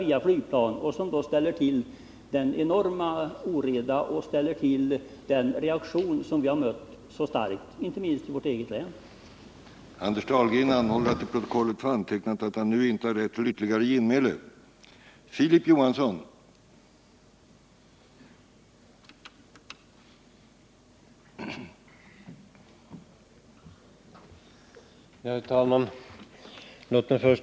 Vi vet att sådan besprutning ställer till en enorm oreda och åstadkommer den starka reaktion som vi mött, inte minst i vårt eget län. Dessutom ger den manuella röjningen sysselsättningstillfällen.